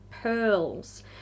Pearls